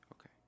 Okay